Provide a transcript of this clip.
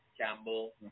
Campbell